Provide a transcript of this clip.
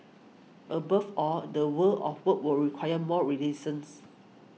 above all the world of work will require more resilience